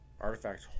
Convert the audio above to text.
Artifact